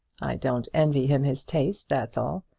don't envy him his taste, that's all.